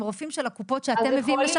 עם רופאים של קופות החולים שאתם מביאים לשם.